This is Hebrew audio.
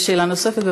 יש שאלה נוספת?